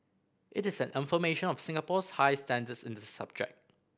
it is an affirmation of Singapore's high standards in the subject